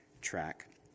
track